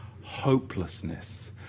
Hopelessness